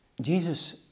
Jesus